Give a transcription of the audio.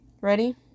Ready